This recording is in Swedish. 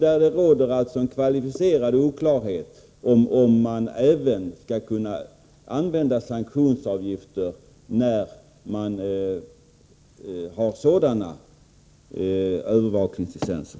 Det råder en kvalificerad oklarhet om huruvida man även skall kunna använda sanktionsavgifter i samband med sådana övervakningslicenser.